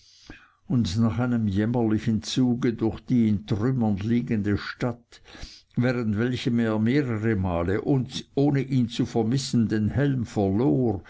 und nach einem jämmerlichen zuge durch die in trümmern liegende stadt während welchem er mehreremal ohne ihn zu vermissen den helm verlor